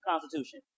constitution